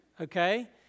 Okay